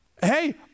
hey